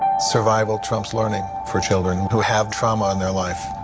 survival trumps learning for children who have trauma in their life.